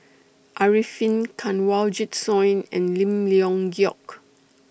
Arifin Kanwaljit Soin and Lim Leong Geok